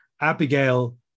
Abigail